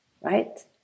right